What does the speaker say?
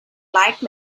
like